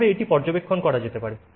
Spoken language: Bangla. কিভাবে এটি পর্যবেক্ষণ করা যেতে পারে